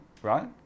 Right